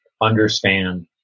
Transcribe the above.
understand